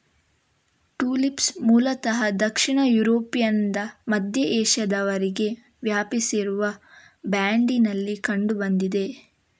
tulips ಮೂಲತಃ ದಕ್ಷಿಣ ಯುರೋಪ್ನಿಂದ ಮಧ್ಯ ಏಷ್ಯಾದವರೆಗೆ ವ್ಯಾಪಿಸಿರುವ ಬ್ಯಾಂಡಿನಲ್ಲಿ ಕಂಡು ಬಂದಿದೆ